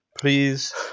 please